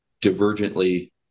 divergently